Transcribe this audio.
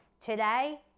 Today